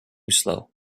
slow